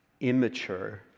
immature